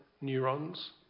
neurons